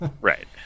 Right